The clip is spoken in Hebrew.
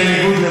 בניגוד,